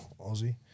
Aussie